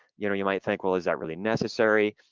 you know you might think well, is that really necessary?